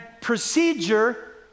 procedure